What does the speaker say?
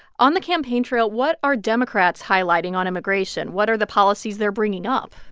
on the campaign trail, what are democrats highlighting on immigration? what are the policies they're bringing up?